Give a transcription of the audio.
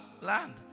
land